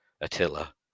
attila